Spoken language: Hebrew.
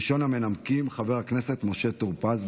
ראשון המנמקים, חבר הכנסת משה טור פז.